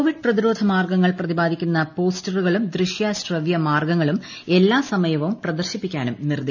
Covid പ്രതിരോധ മാർഗ്ഗങ്ങൾ പ്രപ്പാദിക്കുന്ന പോസ്റ്ററുകളും ദൃശ്യ ശ്രവൃ മാർഗ്ഗങ്ങളും എല്ലാ സമയ്ക്കും പ്രദർശിപ്പിക്കാനും നിർദ്ദേശിച്ചിട്ടുണ്ട്